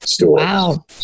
Wow